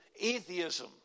atheism